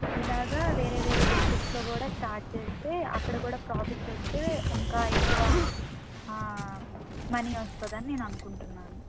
ఇలాగా వేరే వేరే డిస్ట్రిక్స్లో కూడా స్టార్ట్ చేస్తే అక్కడ కూడా ప్రాఫిట్స్ వస్తే ఇంకా ఎక్కువ మనీ వస్తుందని నేను అనుకుంటున్నాను